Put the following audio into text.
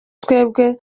twebwe